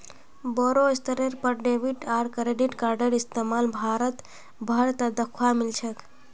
बोरो स्तरेर पर डेबिट आर क्रेडिट कार्डेर इस्तमाल भारत भर त दखवा मिल छेक